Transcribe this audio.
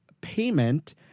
payment